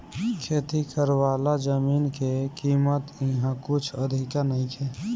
खेती करेवाला जमीन के कीमत इहा कुछ अधिका नइखे